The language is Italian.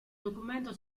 documento